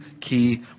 key